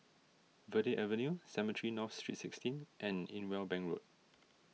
Verde Avenue Cemetry North Street sixteen and Irwell Bank Road